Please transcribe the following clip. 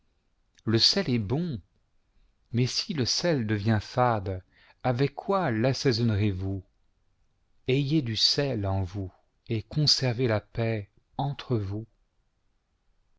le sel est bon mais si le sel devient fade avec quoi lassaisonnerez vous p ayez du sel en vous et conservez la paix entre vous